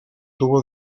tuvo